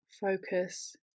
Focus